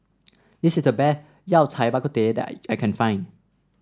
this is the Yao Cai Bak Kut Teh that I I can find